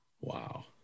Wow